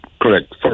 Correct